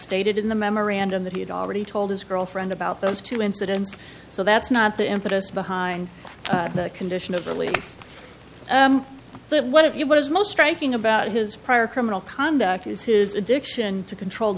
stated in the memorandum that he had already told his girlfriend about those two incidents so that's not the impetus behind the condition of release but what it was most striking about his prior criminal conduct is his addiction to controlled